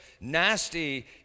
nasty